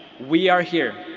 we are here.